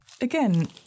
Again